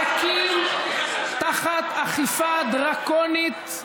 נאנקים תחת אכיפה דרקונית,